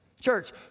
church